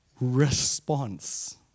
response